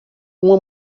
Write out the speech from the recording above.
uma